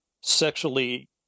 sexually